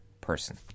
person